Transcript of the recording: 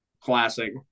Classic